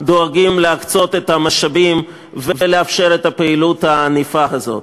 דואגים להקצות את המשאבים ולאפשר את הפעילות הענפה הזאת.